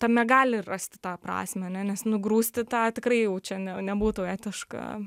tame gali rasti tą prasmę ane nes nu grūsti tą tikrai jau čia ne nebūtų etiška